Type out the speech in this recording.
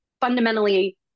fundamentally